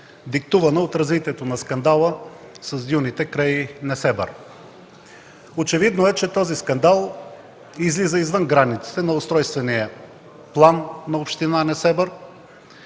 диктувана от развитието на скандала с дюните край Несебър. Очевидно е, че този скандал излиза извън границите на устройствения план на община Несебър